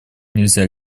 нельзя